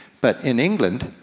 but in england,